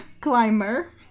climber